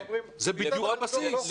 זה בדיוק הבסיס.